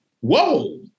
Whoa